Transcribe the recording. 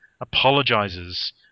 apologizes